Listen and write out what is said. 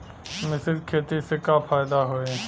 मिश्रित खेती से का फायदा होई?